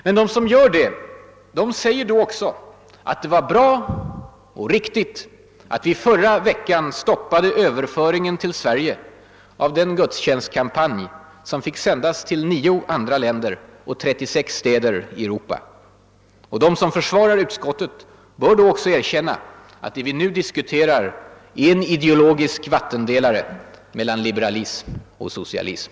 Men de som gör det säger då också, att det var bra och riktigt att vi förra veckan stoppade överföringen till Sverige av den gudstjänstkampanj som fick sändas till 9 andra länder och 36 städer i Europa. Och de som försvarar utskottet bör då också erkänna att det som vi nu diskuterar är en ideologisk vattendelare mellan liberalism och socialism.